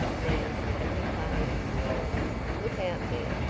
now, having fun is look out there!